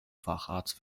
facharzt